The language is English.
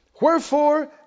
Wherefore